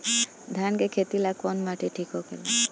धान के खेती ला कौन माटी ठीक होखेला?